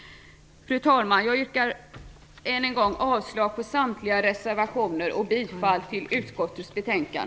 Fru talman! Jag yrkar än en gång avslag på samtliga reservationer och bifall till utskottets hemställan.